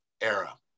era